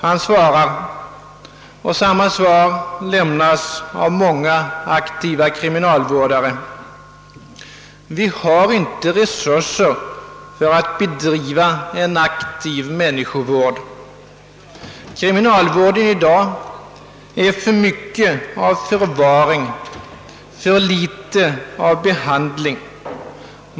Han svarar — och samma svar lämnas av många aktiva kriminalvårdare: »Vi har inte resurser för att bedriva aktiv människovård». Kriminalvården i dag är för mycket av förvaring, för litet av behandling.